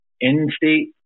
in-state